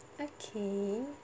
okay